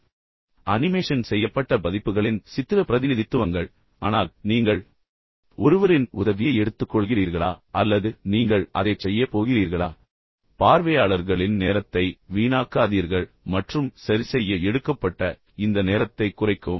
எனவே அனிமேஷன் செய்யப்பட்ட பதிப்புகளின் சித்திர பிரதிநிதித்துவங்கள் ஆனால் நீங்கள் ஒருவரின் உதவியை எடுத்துக்கொள்கிறீர்களா அல்லது நீங்கள் எப்படி செய்யப் போகிறீர்கள் என்பதைத் திட்டமிட வேண்டியிருந்தால் அதைச் செய்யப் போகிறீர்களா பார்வையாளர்களின் நேரத்தை வீணாக்காதீர்கள் மற்றும் சரிசெய்ய எடுக்கப்பட்ட இந்த நேரத்தைக் குறைக்கவும்